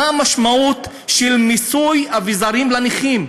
מה המשמעות של מיסוי אביזרים לנכים?